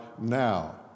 now